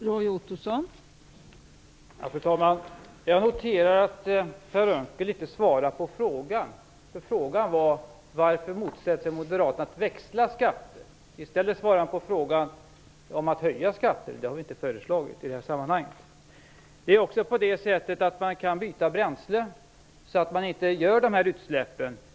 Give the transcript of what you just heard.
Fru talman! Jag noterar att Per Unckel inte svarade på min fråga. Frågan var: Varför motsätter sig Moderaterna att växla skatter? Hans svar gällde i stället höjda skatter. Det har vi inte föreslagit i det här sammanhanget. Man kan byta bränsle så att man inte gör sådana här utsläpp.